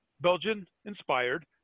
Belgian-inspired